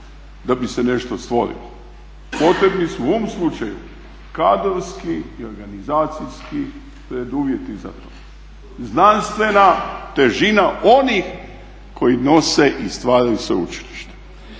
da bi se nešto stvorilo. Potrebni su u ovom slučaju kadrovski i organizacijski preduvjeti za to, znanstvena težina onih koji nose i stvaraju sveučilište.